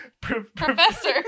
Professor